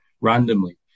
randomly